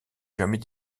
jamais